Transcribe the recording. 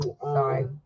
Sorry